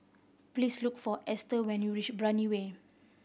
please look for Ester when you reach Brani Way